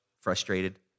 frustrated